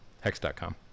Hex.com